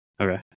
Okay